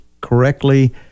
correctly